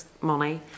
money